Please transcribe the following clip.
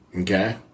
Okay